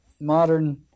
modern